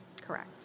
Correct